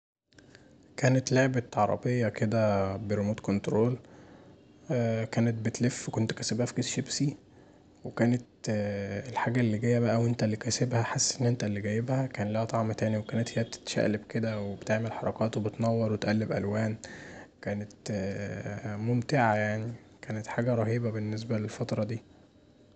كانت لعبة عربيه كدا بريموت كنترول، كانت بتلف، كنت كاسبها في كيس شيبسي وكانت بقي الحاجه اللي جايه وانت اللي كاسبها حاسس ان انت اللي جايبها، كان ليها طعم تاني وكانت هي بتتشقلب كدا وبتعمل حركات وبتنور وتقلب ألوان كانت ممتعه يعني، كانت حاجه رهيبه بالنسبه للفتره دي.